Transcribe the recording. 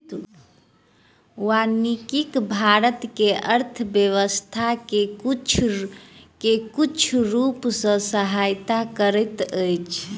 वानिकी भारत के अर्थव्यवस्था के किछ रूप सॅ सहायता करैत अछि